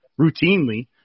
routinely